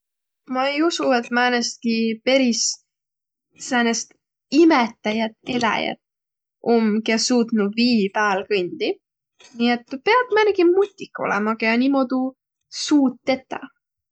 Ma ei usuq, et mänestki peris säänest imetäjät eläjät om, kiä suutnuq vii pääl kõndiq. Nii et tu piät määnegi mutik olõma, kiä niimuudu suut tetäq.